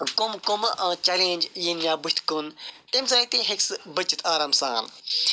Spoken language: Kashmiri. کَم کَم چیٚلینٛج یِن یا بٕتھِ کُن تَمہِ سۭتۍ تہِ ہیٚکہِ سُہ بٔچِتھ آرام سان